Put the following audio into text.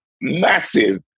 massive